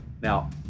Now